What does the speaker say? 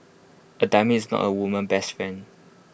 A diamond is not A woman's best friend